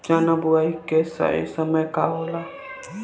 चना बुआई के सही समय का होला?